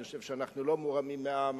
אני חושב שאנחנו לא מורמים מעם,